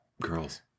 girls